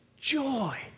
joy